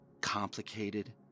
complicated